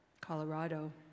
Colorado